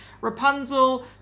Rapunzel